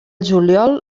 juliol